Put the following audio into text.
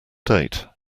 date